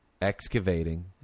excavating